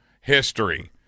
history